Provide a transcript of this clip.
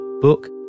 book